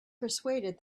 persuaded